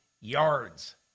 yards